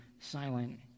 silent